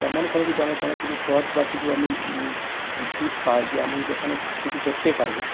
তেমন করে যদি আমায় কোনোকিছু পদ বা কিছু আমি সিট পাই যে আমি যেখানে কিছু করতে পারবো